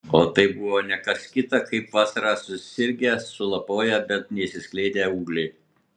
o tai buvo ne kas kita kaip vasarą susirgę sulapoję bet neišsiskleidę ūgliai